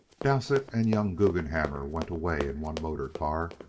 dowsett and young guggenhammer went away in one motor-car,